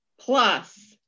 Plus